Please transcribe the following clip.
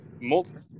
multiple